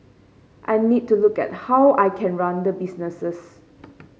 I need to look at how I can run the businesses